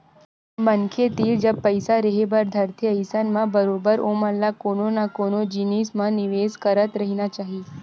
मनखे तीर जब पइसा रेहे बर धरथे अइसन म बरोबर ओमन ल कोनो न कोनो जिनिस म निवेस करत रहिना चाही